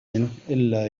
إلا